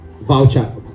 voucher